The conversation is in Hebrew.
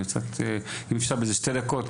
האם אפשר לקצר קצת,